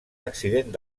accident